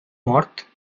mort